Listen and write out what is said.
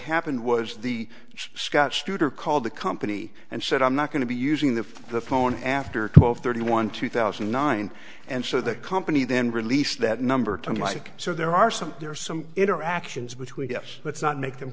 happened was the scott's tutor called the company and said i'm not going to be using the the phone after twelve thirty one two thousand and nine and so the company then released that number times like so there are some there are some interactions between us let's not make them